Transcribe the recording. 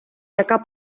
яка